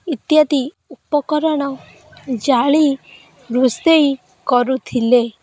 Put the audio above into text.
ଇତ୍ୟାଦି ଉପକରଣ ଜାଳି ରୋଷେଇ କରୁଥିଲେ